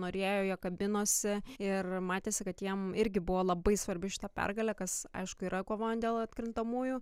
norėjo jo kabinose ir matėsi kad jiem irgi buvo labai svarbi šita pergalė kas aišku yra kova dėl atkrintamųjų